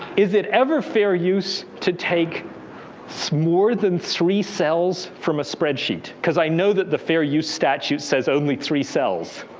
is it ever fair use to take so more than three cells from a spreadsheet. because i know that the fair use statute says only three cells.